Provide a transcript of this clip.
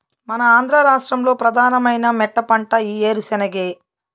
మన ఆంధ్ర రాష్ట్రంలో ప్రధానమైన మెట్టపంట ఈ ఏరుశెనగే